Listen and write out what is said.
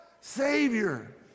Savior